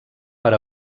per